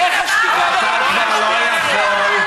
אתה לא יכול,